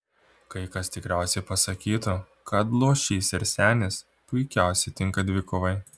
kai kas tikriausiai pasakytų kad luošys ir senis puikiausiai tinka dvikovai